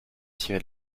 tirer